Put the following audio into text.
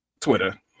Twitter